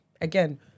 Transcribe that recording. again